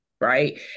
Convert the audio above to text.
Right